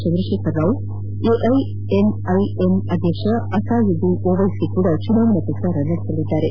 ಚಂದ್ರಶೇಖರ ರಾವ್ ಎಐಎಂಐಎಂ ಅಧ್ಯಕ್ಷ ಅಸಾದ್ದುದ್ದಿನ್ ಒವೈಸಿ ಕೂಡ ಚುನಾವಣಾ ಪ್ರಚಾರ ನಡೆಸಲಿದ್ದಾರೆ